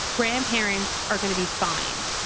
grandparents are gonna be fine.